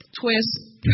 twist